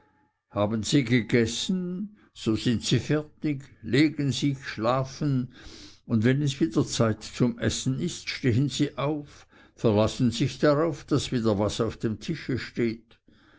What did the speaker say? haben sie gegessen so sind sie fertig legen sich schlafen und wenn es wieder zeit zum essen ist stehen sie auf verlassen sich darauf daß wieder was auf dem tische sei